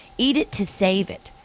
eat it to save it.